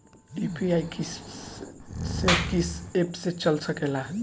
UPI किस्से कीस app से चल सकेला?